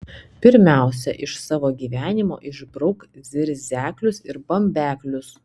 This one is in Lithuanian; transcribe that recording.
pirmiausia iš savo gyvenimo išbrauk zirzeklius ir bambeklius